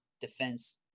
defense